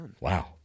Wow